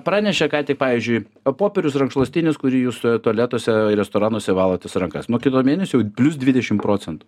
pranešė kątik pavyzdžiui popierius rankšluostinis kurį jūs tualetuose ir restoranuose valotės rankas nuo kito mėnesio jau plius dvidešim procentų